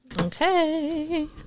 Okay